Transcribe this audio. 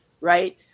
right